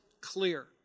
clear